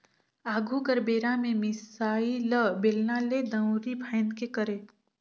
आघु कर बेरा में मिसाई ल बेलना ले, दंउरी फांएद के करे